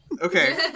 okay